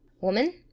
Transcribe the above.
Woman